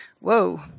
whoa